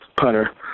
punter